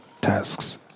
tasks